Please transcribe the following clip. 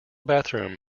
bathroom